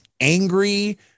angry